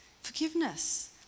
forgiveness